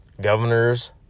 governors